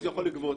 הוא יכול לגבות,